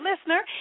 listener